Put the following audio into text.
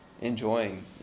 enjoying